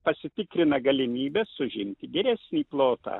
pasitikrina galimybes užimti geresnį plotą